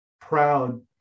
proud